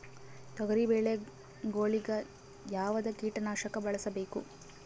ತೊಗರಿಬೇಳೆ ಗೊಳಿಗ ಯಾವದ ಕೀಟನಾಶಕ ಬಳಸಬೇಕು?